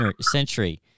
century